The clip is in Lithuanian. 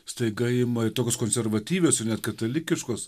staiga ima ir tokios konservatyvios ir net katalikiškos